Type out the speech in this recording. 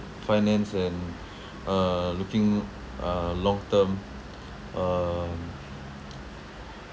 finance and uh looking uh long term um